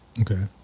okay